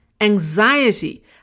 Anxiety